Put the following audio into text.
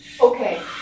Okay